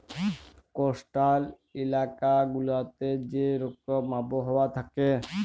coastal ইলাকা গুলাতে যে রকম আবহাওয়া থ্যাকে